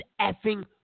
effing